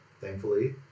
thankfully